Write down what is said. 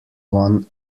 one